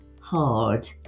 hard